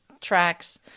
tracks